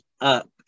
up